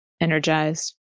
energized